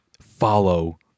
Follow